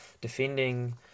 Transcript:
defending